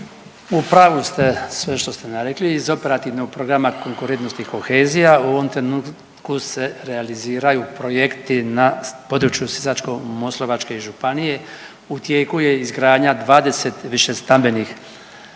u pravu ste sve što ste nam rekli iz Operativnog programa konkurentnosti i kohezija. U ovom trenutku se realiziraju projekti na području Sisačko-moslavačke županije, u tijeku je izgradnja 20 višestambenih